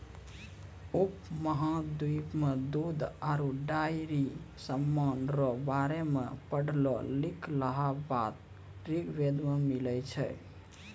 उपमहाद्वीप मे दूध आरु डेयरी समान रो बारे मे पढ़लो लिखलहा बात ऋग्वेद मे मिलै छै